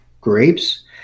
grapes